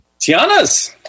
Tiana's